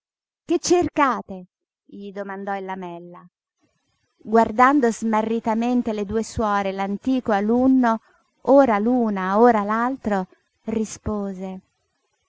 che cercate gli domandò il lamella guardando smarritamente le due suore e l'antico alunno ora l'una ora l'altro rispose